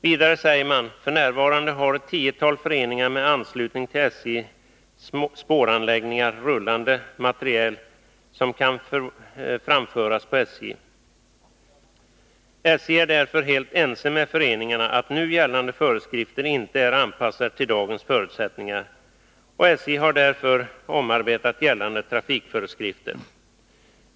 Vidare, säger man, har f. n. ett tiotal föreningar med anslutning till spåranläggningar och rullande materiel, som kan framföras på SJ:s järnvägar. SJ är därför helt ense med föreningarna om att tidigare gällande föreskrifter inte var anpassade till dagens förutsättningar. SJ har därför omarbetat gällande trafikföreskrifter.